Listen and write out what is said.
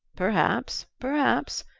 perhaps perhaps.